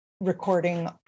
recording